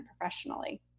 professionally